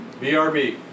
BRB